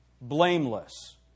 blameless